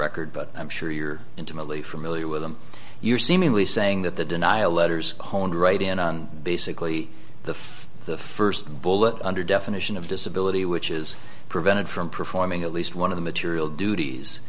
record but i'm sure you're intimately familiar with them you're seemingly saying that the denial letters honed right in on basically the first bullet under definition of disability which is prevented from performing at least one of the material duties